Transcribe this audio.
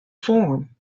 form